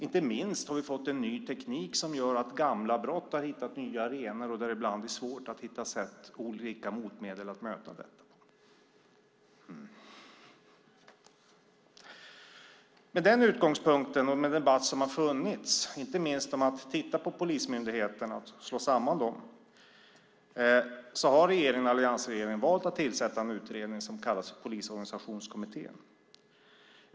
Inte minst har vi fått en ny teknik som gör att gamla brott har hittat nya arenor och där det ibland är svårt att hitta sätt och olika motmedel att möta detta. Med den utgångspunkten och med den debatt som har funnits, inte minst om att titta på polismyndigheterna och slå samman dem, har alliansregeringen valt att tillsätta en utredning som kallas för Polisorganisationskommittén.